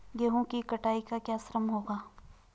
गेहूँ की कटाई का क्या श्रम होगा?